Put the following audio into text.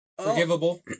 forgivable